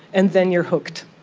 and then you are hooked.